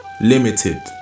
limited